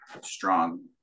strong